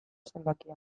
zenbakia